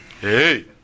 hey